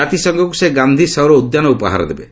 ଜାତିସଂଘକୁ ସେ ଗାନ୍ଧୀ ସୌର ଉଦ୍ୟାନ ଉପହାର ଦେବେ